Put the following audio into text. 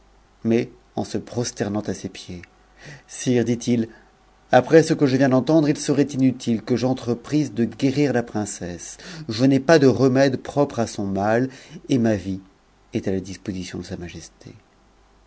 mais ense prosternant à ses pieds sire dit-il après ce que je viens d'entendre il serait inutile que j'entreprisse de guérir la princesse je n'ai pas de remèdes propres à son mal et ma vie est à la disposition de sa majesté